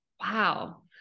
Wow